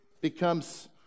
becomes